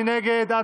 מי נגד?